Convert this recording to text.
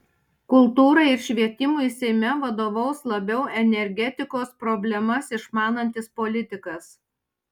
kultūrai ir švietimui seime vadovaus labiau energetikos problemas išmanantis politikas